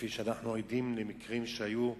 כפי שאנחנו עדים למקרים שהיו,